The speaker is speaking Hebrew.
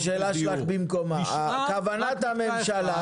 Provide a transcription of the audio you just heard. כוונת הממשלה,